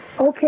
Okay